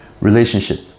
relationship